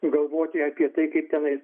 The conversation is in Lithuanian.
galvoti apie tai kaip tenai